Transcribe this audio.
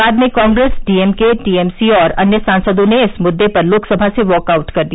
बाद में Congress D M K T M C और अन्य सांसदों ने इस मुद्दे पर लोकसभा से वॉकआउट कर दिया